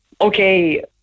okay